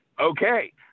okay